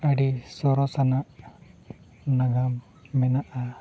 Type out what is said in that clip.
ᱟᱹᱰᱤ ᱥᱚᱨᱚᱥᱟᱱᱟᱜ ᱱᱟᱜᱟᱢ ᱢᱮᱱᱟᱜᱼᱟ